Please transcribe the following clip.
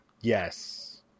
yes